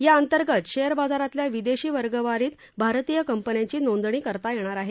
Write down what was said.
याअंतर्गत शेअर बाजारातल्या विदेशी वर्गवारीत भारतीय कंपन्यांची नोंदणी करता येणार आहे